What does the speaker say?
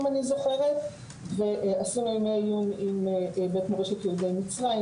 אם אני זוכרת ועשינו ימי עיון עם בית מורשת יהודי מצרים